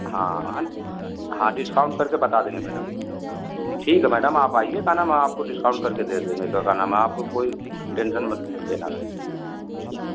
हाँ हाँ डिस्काउंट करके बता देंगे मैडम ठीक है मैडम आप आइए का नाम है आपको डिस्काउंट करके दे देंगे का नाम है आपको कोई टेंशन मत लेना आप या